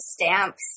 stamps